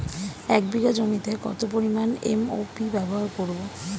এক বিঘা জমিতে কত পরিমান এম.ও.পি ব্যবহার করব?